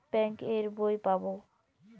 Bank এর বই পাবো?